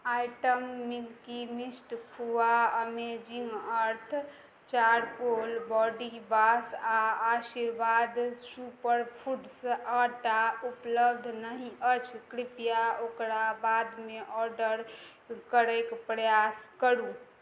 item Milky Mist खुआ amazing earth charcoal body wash आओर Aashirvaad super foods आटा उपलब्ध नहि अछि कृपया ओकरा बादमे ऑर्डर करयके प्रयास करु